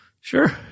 Sure